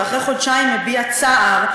ואחרי חודשיים מביע צער,